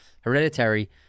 hereditary